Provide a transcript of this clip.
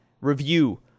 review